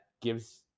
gives